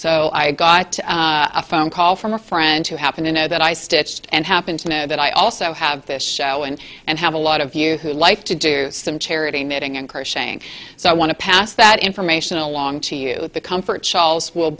so i got a phone call from a friend who happen to know that i stitched and happen to know that i also have the show and and have a lot of you who like to do some charity knitting and crocheting so i want to pass that information along to you the comfort shawls will